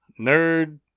nerd